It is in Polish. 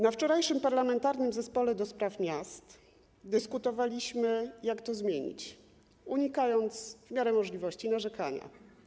Na wczorajszym posiedzeniu Parlamentarnego Zespołu ds. Miast dyskutowaliśmy, jak to zmienić, unikając w miarę możliwości narzekania.